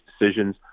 decisions